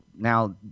now